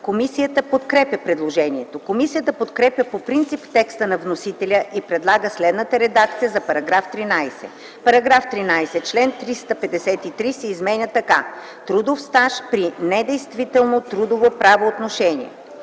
Комисията подкрепя предложението. Комисията подкрепя по принцип текста на вносителя и предлага следната редакция на § 13: „§ 13. Член 353 се изменя така: „Трудов стаж при недействително трудово правоотношение